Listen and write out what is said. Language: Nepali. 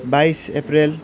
बाइस अप्रेल